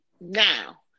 Now